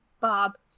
Bob